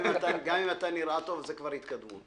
גם אם אתה נראה טוב זה כבר התקדמות.